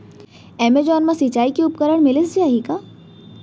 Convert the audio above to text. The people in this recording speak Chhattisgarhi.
एमेजॉन मा सिंचाई के उपकरण मिलिस जाही का?